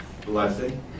blessing